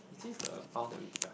actually the pile that we've done